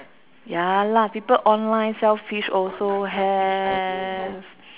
ya lah people online sell fish also have